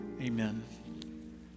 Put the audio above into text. Amen